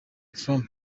trump